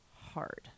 hard